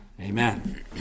Amen